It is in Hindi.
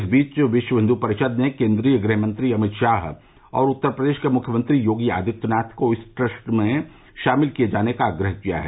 इस बीच विश्व हिन्दू परिषद ने केन्द्रीय गृहमंत्री अमित शाह और उत्तर प्रदेश के मुख्यमंत्री योगी आदित्यनाथ को इस ट्रस्ट में शामिल किये जाने का आग्रह किया है